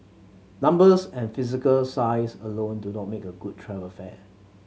numbers and physical size alone do not make a good travel fair